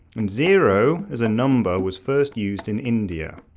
and zero as a number was first used in india.